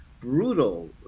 brutal